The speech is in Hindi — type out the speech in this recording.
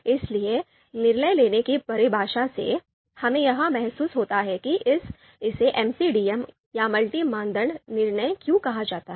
इसलिए निर्णय लेने की परिभाषा से हमें यह महसूस होता है कि इसे एमसीडीएम या मल्टी मानदंड निर्णय क्यों कहा जाता है